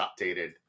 updated